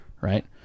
right